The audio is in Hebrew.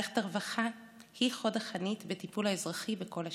מערכת הרווחה היא חוד החנית בטיפול האזרחי בכל השאר.